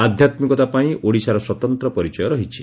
ଆଧ୍ୟାତ୍କିକତା ପାଇଁ ଓଡ଼ିଶାର ସ୍ୱତନ୍ତ ପରିଚୟ ରହିଛି